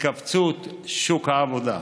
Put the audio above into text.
והתכווצות שוק העבודה.